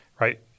right